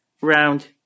round